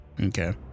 Okay